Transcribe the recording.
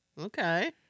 Okay